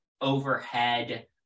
overhead